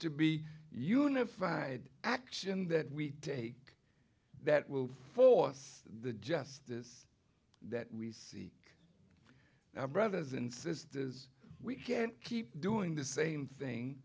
to be unified action that we take that will force the justice that we seek our brothers and sisters we can't keep doing the same thing